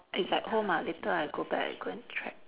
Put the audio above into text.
it's at home ah later I go back I go and check